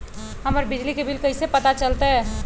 हमर बिजली के बिल कैसे पता चलतै?